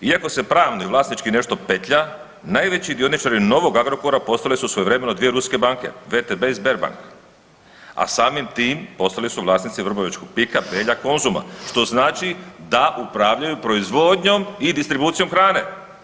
Iako se pravni vlasnički nešto petlja najveći dioničari novog Agrokora postale su svojevremeno dvije ruske banke, WTB i Sberbank, a samim tim postali su vlasnici vrbovečkog PIK-a, Belja, Konzuma što znači da upravljaju proizvodnjom i distribucijom hrane.